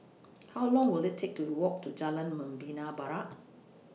How Long Will IT Take to Walk to Jalan Membina Barat